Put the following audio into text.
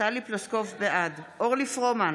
בעד אורלי פרומן,